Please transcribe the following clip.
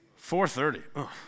4.30